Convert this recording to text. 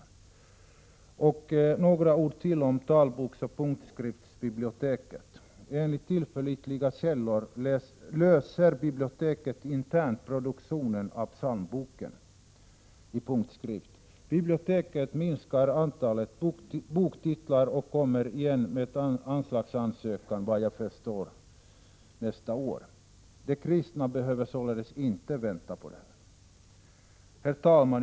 Jag vill säga några ord till om talboksoch punktskriftsbiblioteket. Enligt tillförlitliga källor löser biblioteket internt produktionen av psalmboken i punktskrift. Biblioteket minskar antalet boktitlar och kommer igen med anslagsansökan nästa år, såvitt jag förstår. De kristna behöver således inte vänta på detta. Herr talman!